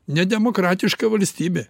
nedemokratiška valstybė